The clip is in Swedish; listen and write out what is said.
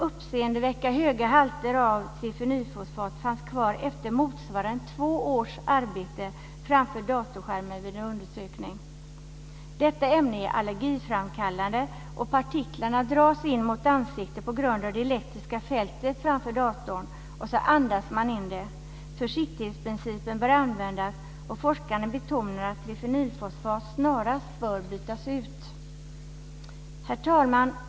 Uppseendeväckande höga halter av trifenylfosfat fanns kvar efter motsvarande två års arbete framför datorskärm. Detta framkom vid en undersökning. Ämnet är allergiframkallande och partiklarna dras mot ansiktet på grund av det elektriska fältet framför datorn och så andas man in det. Försiktighetsprincipen bör användas och forskarna betonar att trifenylfosfat snarast bör bytas ut. Herr talman!